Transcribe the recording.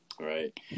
Right